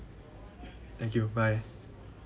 thank you bye